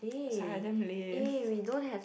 sorry I'm damn lazy